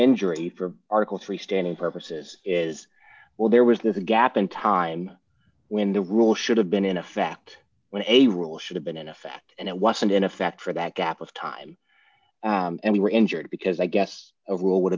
injury for articles freestanding purposes is well there was this gap in time when the rule should have been in effect when a rule should have been in effect and it wasn't in effect for that gap of time and we were injured because i guess a rule would